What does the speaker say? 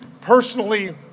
personally